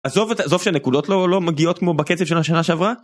עזוב את, עזוב שהנקודות לא מגיעות כמו בקצב של השנה שעברה